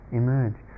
emerge